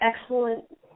excellent